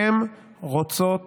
שהן רוצות